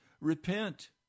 Repent